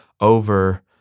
over